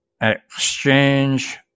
Exchange